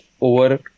over